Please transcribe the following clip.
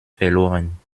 verloren